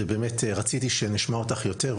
ובאמת רציתי שנשמע אותך יותר,